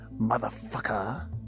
motherfucker